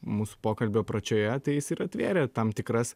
mūsų pokalbio pradžioje tai jis ir atvėrė tam tikras